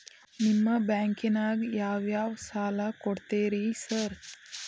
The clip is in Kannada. ನಿಮ್ಮ ಬ್ಯಾಂಕಿನಾಗ ಯಾವ್ಯಾವ ಸಾಲ ಕೊಡ್ತೇರಿ ಸಾರ್?